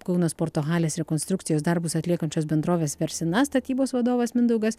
kauno sporto halės rekonstrukcijos darbus atliekančios bendrovės versina statybos vadovas mindaugas